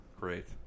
Great